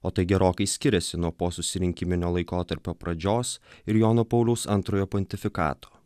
o tai gerokai skiriasi nuo posusirinkiminio laikotarpio pradžios ir jono pauliaus antrojo pontifikato